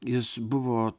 jis buvo